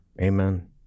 Amen